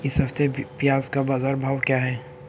इस हफ्ते प्याज़ का बाज़ार भाव क्या है?